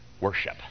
worship